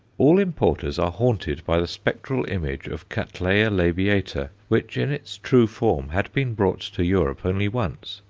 all importers are haunted by the spectral image of cattleya labiata, which, in its true form, had been brought to europe only once,